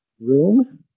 room